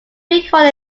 recall